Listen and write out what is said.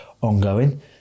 ongoing